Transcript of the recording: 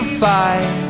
fight